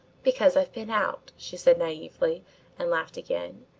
because i've been out, she said naively and laughed again.